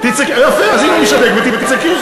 יפה, אז הנה אני שותק ותצעקי.